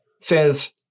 says